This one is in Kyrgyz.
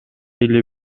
эле